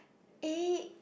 A